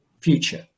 future